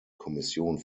kommission